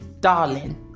darling